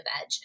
edge